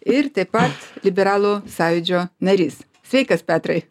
ir taip pat liberalų sąjūdžio narys sveikas petrai